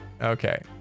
Okay